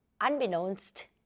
unbeknownst